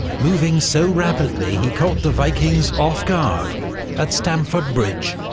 moving so rapidly he caught the vikings off-guard. at stamford bridge.